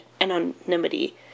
anonymity